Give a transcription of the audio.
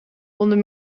onder